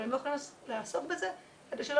אבל הם לא יכולים לעסוק בזה כדי שלא